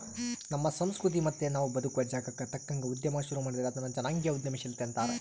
ನಮ್ಮ ಸಂಸ್ಕೃತಿ ಮತ್ತೆ ನಾವು ಬದುಕುವ ಜಾಗಕ್ಕ ತಕ್ಕಂಗ ಉದ್ಯಮ ಶುರು ಮಾಡಿದ್ರೆ ಅದನ್ನ ಜನಾಂಗೀಯ ಉದ್ಯಮಶೀಲತೆ ಅಂತಾರೆ